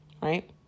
right